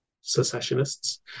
secessionists